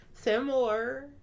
Similar